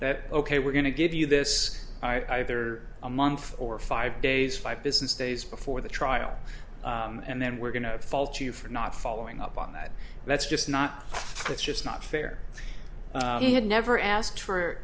that ok we're going to give you this either a month or five days five business days before the trial and then we're going to fault you for not following up on that that's just not that's just not fair i had never asked for